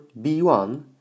B1